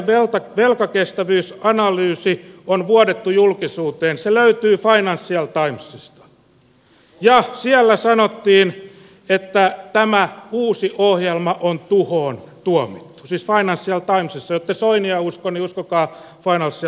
kreikan salainen velkakestävyysanalyysi on vuodettu julkisuuteen se löytyy financial timesista ja siellä sanottiin että tämä uusi ohjelma on tuhoon tuomittu siis financial timesissa jos ette soinia usko niin uskokaa financial timesia